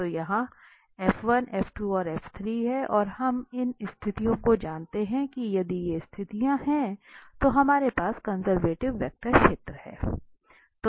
तो यहां हैं और हम इन स्थितियों को जानते हैं कि यदि ये स्थितियां हैं तो हमारे पास कंजर्वेटिव वेक्टर क्षेत्र है